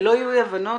שלא יהיו אי הבנות,